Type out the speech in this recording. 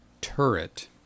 turret